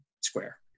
square